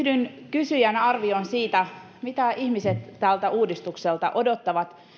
kysyjän arvioon siitä mitä ihmiset tältä uudistukselta odottavat